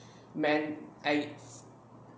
mend I